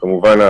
כמובן,